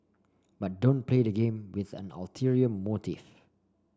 but don't play the game with an ulterior motive